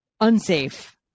unsafe